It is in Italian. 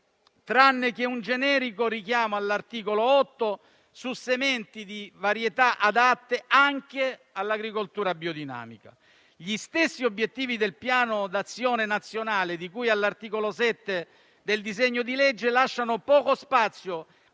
tranne che un generico richiamo all'articolo 8 su sementi di varietà adatte anche all'agricoltura biodinamica. Gli stessi obiettivi del Piano d'azione nazionale, di cui all'articolo 7 del disegno di legge, lasciano poco spazio